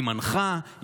היא מנחה,